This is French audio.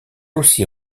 aussi